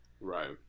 Right